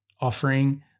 Offering